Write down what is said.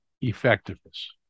effectiveness